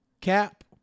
Cap